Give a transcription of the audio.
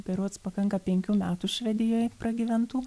berods pakanka penkių metų švedijoj pragyventų